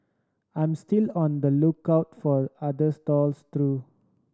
I'm still on the lookout for other stalls through